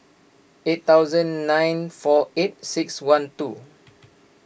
eight thousand nine four eight six one two